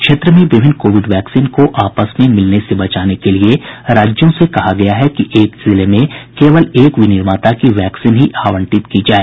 क्षेत्र में विभिन्न कोविड वैक्सीन को आपस में मिलने से बचाने के लिए राज्यों से कहा गया है कि एक जिले में कोवल एक विनिर्माता की वैक्सीन ही आवंटित की जाए